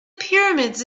pyramids